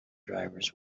drivers